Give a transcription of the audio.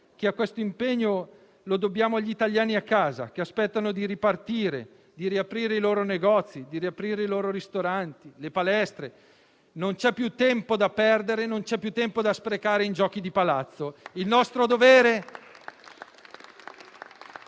che questo impegno lo dobbiamo agli italiani a casa, che aspettano di ripartire, di riaprire i loro negozi, di riaprire i loro ristoranti, le palestre. Non c'è più tempo da perdere, non c'è più tempo da sprecare in giochi di palazzo. Il nostro dovere